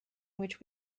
which